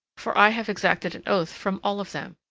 for i have exacted an oath from all of them.